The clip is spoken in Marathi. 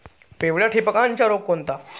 पिवळ्या ठिपक्याचा रोग कोणता?